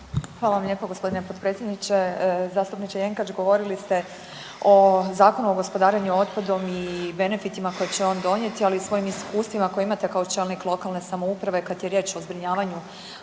Hvala vam lijepo g. potpredsjedniče. Zastupniče Jenkač, govorili ste o Zakonu o gospodarenju otpadom i benefitima koje će on donijeti, ali i svojim iskustvima koje imate kao čelnik lokalne samouprave kad je riječ o zbrinjavanju